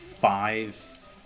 Five